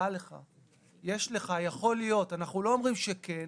יכול להיות, אנחנו לא אומרים שכן,